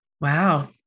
Wow